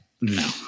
No